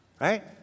right